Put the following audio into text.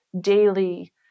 daily